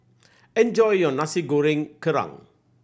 enjoy your Nasi Goreng Kerang